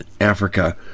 Africa